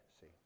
see